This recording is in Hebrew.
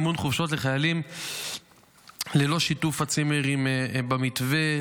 מימון חופשות לחיילים ללא שיתוף הצימרים במתווה,